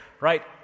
Right